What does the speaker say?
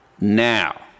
now